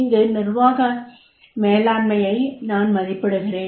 இங்கு நிர்வாக மேலாண்மையை நான் மதிப்பிடுகிறேன்